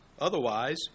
Otherwise